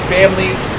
families